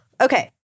Okay